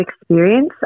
experience